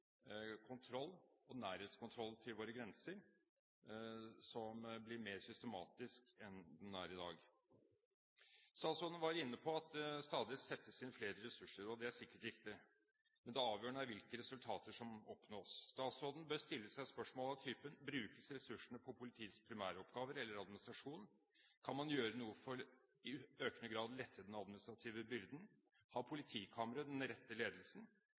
nærhetskontroll ved våre grenser som må bli mer systematisk enn det den er i dag. Statsråden var inne på at det stadig settes inn flere ressurser. Det er sikkert riktig, men det avgjørende er hvilke resultater som oppnås. Statsråden bør stille seg spørsmål av typen: Brukes ressursene på politiets primæroppgaver eller på administrasjon? Kan man gjøre noe for i økende grad å lette den administrative byrden? Har politikammeret den rette ledelsen?